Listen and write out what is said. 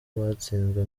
batsinzwe